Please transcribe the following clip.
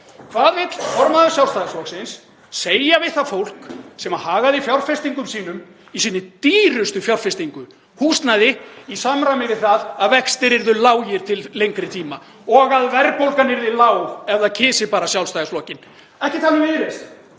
Hvað vill formaður Sjálfstæðisflokksins segja við það fólk sem hagaði fjárfestingum sínum, í sinni dýrustu fjárfestingu, húsnæði, í samræmi við það að vextir yrðu lágir til lengri tíma og að verðbólgan yrði lág ef það kysi bara Sjálfstæðisflokkinn? Ekki tala um Viðreisn,